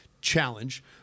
challenge